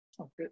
Okay